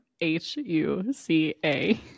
H-U-C-A